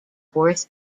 fourth